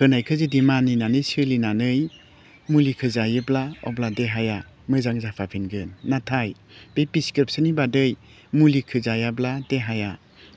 होनायखौ जुदि मानिनानै सोलिनानै मुलिखो जायोब्ला अब्ला देहाया मोजां जाखांफिनगोन नाथाय बे प्रेसक्रिपसननि बादिहै मुलिखौ जायाब्ला देहाया